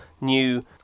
new